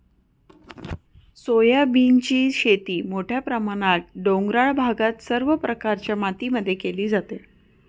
सोयाबीनची शेती मोठ्या प्रमाणात डोंगराळ भागात सर्व प्रकारच्या मातीमध्ये केली जाते